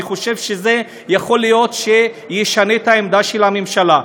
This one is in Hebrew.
אני חושב שיכול להיות שזה ישנה את העמדה של הממשלה.